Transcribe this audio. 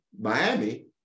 Miami